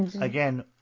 again